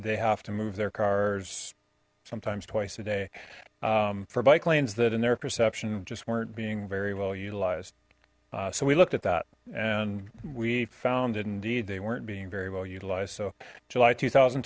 they have to move their cars sometimes twice a day for bike lanes that in their perception just weren't being very well utilized so we looked at that and we found that indeed they weren't being very well utilized so july two thousand